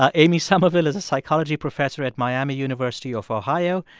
ah amy summerville is a psychology professor at miami university of ohio.